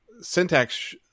syntax